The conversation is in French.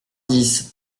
dix